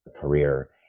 career